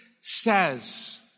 Says